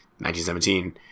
1917